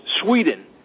Sweden